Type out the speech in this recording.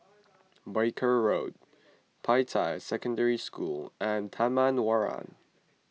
Barker Road Peicai Secondary School and Taman Warna